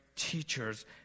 teachers